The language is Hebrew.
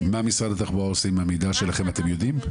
מה משרד התחבורה עושה עם המידע שלכם אתם יודעים?